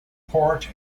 port